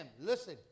Listen